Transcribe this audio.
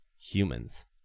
humans